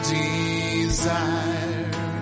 desire